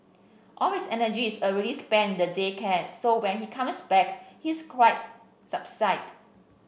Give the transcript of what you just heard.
all his energy is already spent in the day care so when he comes back he is quite subdued